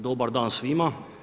Dobar dan svima.